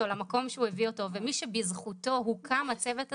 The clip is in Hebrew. למקום שהוא הביא אותו ומי שבזכותו הוקם הצוות הזה,